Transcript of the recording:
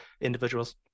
individuals